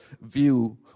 view